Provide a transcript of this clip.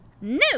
No